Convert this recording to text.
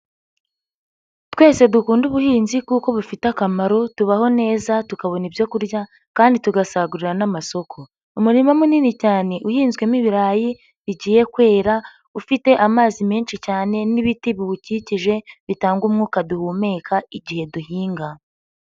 Twese dukunde ubuhinzi kuko bifite akamaro, tubaho neza tukabona ibyo kurya kandi tugasagurira n'amasoko. Umurima munini cyane uhinzwemo ibirayi bigiye kwera ufite amazi menshi cyane n'ibiti biwukikije bitanga umwuka duhumeka igihe duhinga.